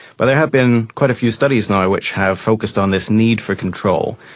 well, there have been quite a few studies now which have focused on this need for control,